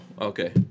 okay